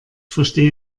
verstehe